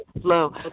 Hello